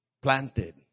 planted